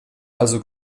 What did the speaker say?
also